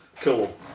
Cool